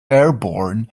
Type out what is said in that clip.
airborne